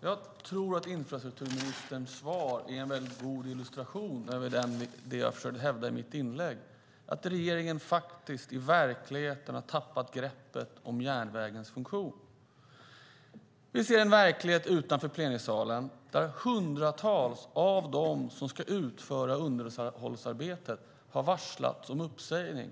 Jag tycker att infrastrukturministerns svar är en god illustration till det som jag försökte hävda i mitt inlägg, att regeringen i verkligheten har tappat greppet om järnvägens funktion. Vi ser en verklighet utanför plenisalen där hundratals av dem som ska utföra underhållsarbetet har varslats om uppsägning.